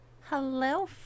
Hello